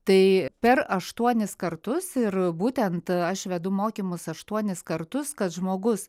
tai per aštuonis kartus ir būtent aš vedu mokymus aštuonis kartus kad žmogus